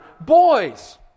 boys